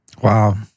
Wow